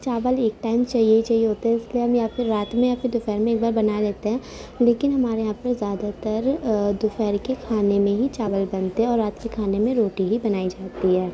چاول ایک ٹائم چاہیے ہی چاہیے ہوتا ہے اس لیے ہم یا پھر رات میں یا پھر دوپہر میں ایک بار بنا لیتے ہیں لیکن ہمارے یہاں پہ زیادہ تر دوپہر کے کھانے میں ہی چاول بنتے ہیں اور رات کے کھانے میں روٹی ہی بنائی جاتی ہے